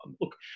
look